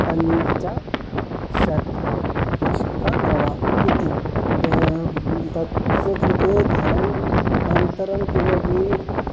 पञ्च षट् अष्ट नव इति तस्य कृते धनम् अनन्तरं किमपि